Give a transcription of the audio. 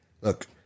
Look